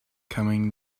coming